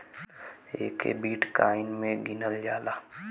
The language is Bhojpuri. एके बिट्काइन मे गिनल जाला